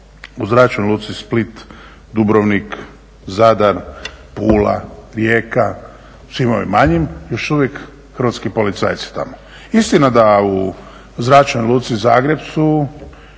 o Zračnoj luci Split, Dubrovnik, Zadar, Pula, Rijeka, svim ovim manjim, još u vijek su hrvatski policajci tamo. Istina da u Zračnoj luci Zagreb su